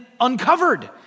uncovered